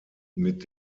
mit